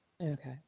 Okay